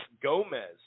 Gomez